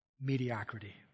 mediocrity